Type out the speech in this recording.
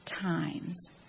times